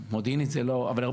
אבל מודיעינית זה לא יוצר